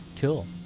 Cool